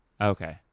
Okay